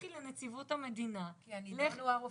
לכי לנציבות המדינה -- כי הנידון הוא הרופא.